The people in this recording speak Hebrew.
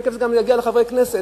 ותיכף זה גם יגיע לחברי כנסת,